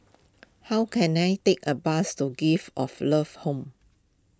how can I take a bus to Gift of Love Home